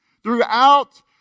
throughout